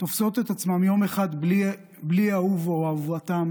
תופסות את עצמן יום אחד בלי אהובן או אהובתן,